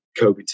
COVID